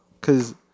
cause